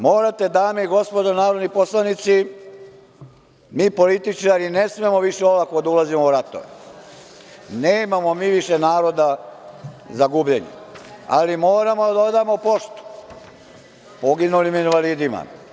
Morate, dame i gospodo narodni poslanici, mi političari ne smemo više olako da ulazimo u ratove, nemamo mi više naroda za gubljenje, ali moramo da odamo poštu poginulim invalidima.